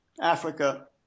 Africa